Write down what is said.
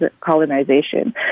colonization